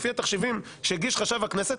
לפי התחשיבים שהגיש חשב הכנסת,